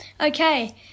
okay